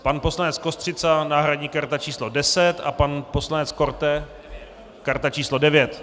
Pan poslanec Kostřica náhradní karta číslo 10, pan poslanec Korte karta číslo 9.